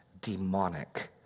demonic